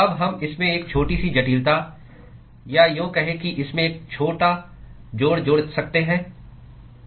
अब हम इसमें एक छोटी सी जटिलता या यों कहें कि इसमें एक छोटा जोड़ जोड़ सकते हैं